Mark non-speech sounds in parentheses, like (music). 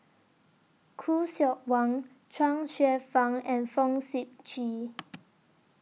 Khoo Seok Wan Chuang Hsueh Fang and Fong Sip Chee (noise)